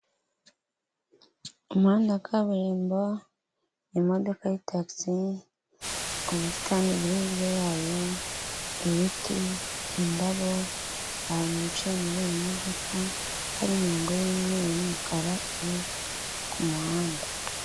Umuhanda wa kaburimbo, imodoka y'itagisi, ubusitani buri hirya yayo, ibiti, indabo, abantu bicaye muri iyo modoka, hari imirongo y'imyeru n'umukara iri ku muhanda.